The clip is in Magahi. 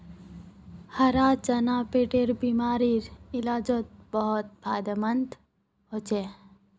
हरा चना पेटेर बिमारीर इलाजोत बहुत फायदामंद होचे